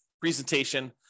presentation